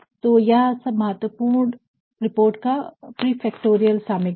तो यह सब महत्वपूर्ण रिपोर्ट का प्रीफेक्टोरियल सामग्री है